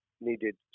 needed